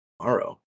Tomorrow